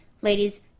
Ladies